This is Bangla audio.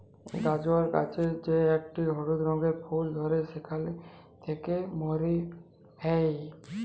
গাজর গাছের যে একটি হলুদ রঙের ফুল ধ্যরে সেখালে থেক্যে মরি হ্যয়ে